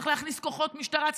צריך להכניס כוחות משטרה,